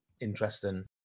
interesting